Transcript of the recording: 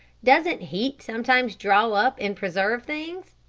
doesn't heat sometimes draw up and preserve things?